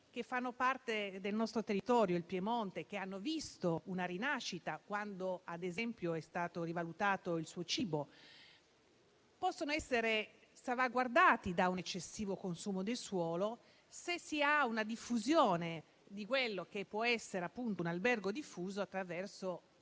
che fanno parte del nostro territorio (il Piemonte) che hanno visto una rinascita quando, ad esempio, è stato rivalutato il suo cibo, possono essere salvaguardati da un eccessivo consumo del suolo se si diffonde il modello dell'albergo diffuso, attraverso